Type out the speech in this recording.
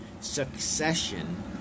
succession